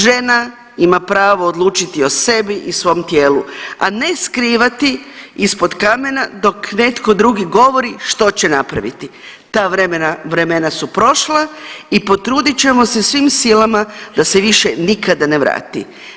Žena ima pravo odlučiti o sebi i svom tijelu, a ne skrivati ispod kamena dok netko drugi govori što će napraviti, ta vremena su prošla i potrudit ćemo se svi silama da se više nikada ne vrati.